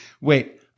wait